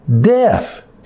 death